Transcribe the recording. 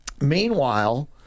Meanwhile